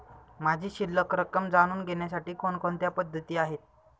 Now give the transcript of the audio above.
माझी शिल्लक रक्कम जाणून घेण्यासाठी कोणकोणत्या पद्धती आहेत?